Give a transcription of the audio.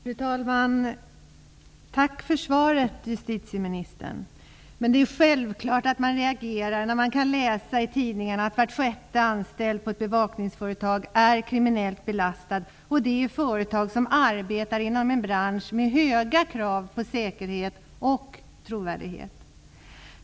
Fru talman! Tack för svaret, justitieministern! Det är självklart att man reagerar när man kan läsa i tidningarna att var sjätte anställd på ett bevakningsföretag är kriminellt belastad, och det i företag som arbetar inom en bransch med höga krav på säkerhet och trovärdighet.